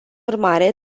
urmare